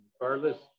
regardless